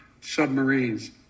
submarines